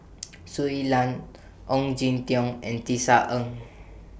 Shui Lan Ong Jin Teong and Tisa Ng